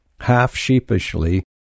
Half-sheepishly